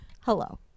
Hello